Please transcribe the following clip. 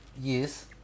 Yes